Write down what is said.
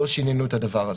לא שינינו את הדבר הזה.